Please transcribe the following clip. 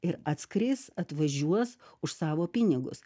ir atskris atvažiuos už savo pinigus